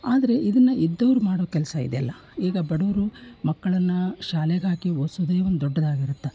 ಆದರೆ ಇದನ್ನು ಇದ್ದವರು ಮಾಡೋ ಕೆಲಸ ಇದೆಲ್ಲ ಈಗ ಬಡವ್ರು ಮಕ್ಕಳನ್ನು ಶಾಲೆಗಾಕಿ ಓದಿಸೋದೇ ಒಂದು ದೊಡ್ಡದಾಗಿರತ್ತೆ